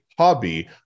hobby